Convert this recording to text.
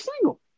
single